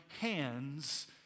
hands